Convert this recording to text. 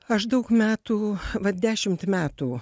aš daug metų vat dešimt metų